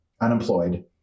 unemployed